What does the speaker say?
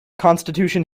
constitution